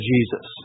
Jesus